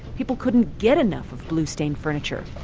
people couldn't get enough of blue stain furniture.